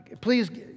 please